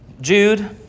Jude